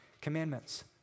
Commandments